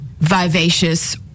vivacious